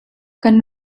kan